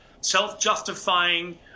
self-justifying